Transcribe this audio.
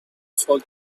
talk